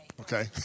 Okay